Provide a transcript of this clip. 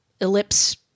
Ellipse